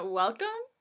welcome